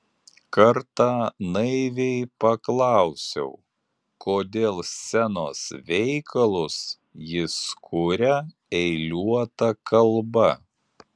kartą naiviai paklausiau kodėl scenos veikalus jis kuria eiliuota kalba